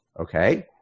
Okay